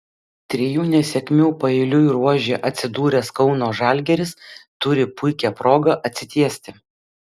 trijų nesėkmių paeiliui ruože atsidūręs kauno žalgiris turi puikią progą atsitiesti